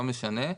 לא משנה.